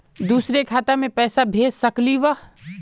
दुसरे खाता मैं पैसा भेज सकलीवह?